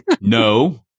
No